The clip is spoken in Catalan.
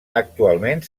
actualment